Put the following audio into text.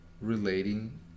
relating